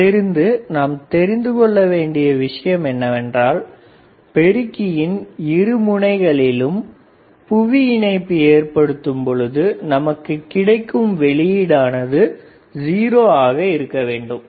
இதிலிருந்து நாம் நன்றாக தெரிந்து கொள்ள வேண்டிய விஷயம் என்னவென்றால் பெருக்கியின் இரு முனைகளிலும் புவிஇணைப்பு ஏற்படுத்தும் பொழுது நமக்கு கிடைக்கும் வெளியீடானது 0 ஆக இருக்க வேண்டும்